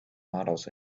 models